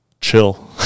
chill